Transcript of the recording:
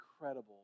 incredible